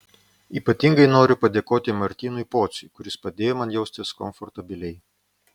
ypatingai noriu padėkoti martynui pociui kuris padėjo man jaustis komfortabiliai